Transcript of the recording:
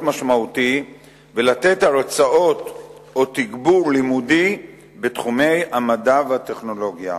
משמעותי ולתת הרצאות או תגבור לימודי בתחומי המדע והטכנולוגיה.